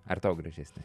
ar tau gražesnė